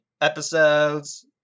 episodes